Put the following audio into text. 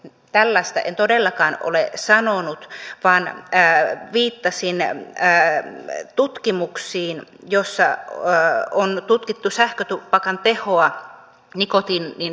tällaista en todellakaan ole sanonut vaan viittasin tutkimuksiin joissa on tutkittu sähkötupakan tehoa nikotiinin vieroituksessa